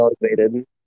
motivated